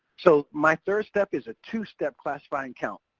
so, my third step is a two step classifying count.